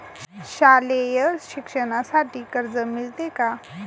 शालेय शिक्षणासाठी कर्ज मिळते का?